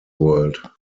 world